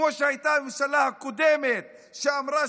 כמו שהייתה הממשלה הקודמת, שאמרה: